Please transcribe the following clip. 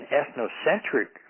ethnocentric